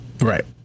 Right